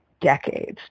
decades